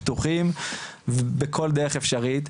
פתוחים בכל דרך אפשרית.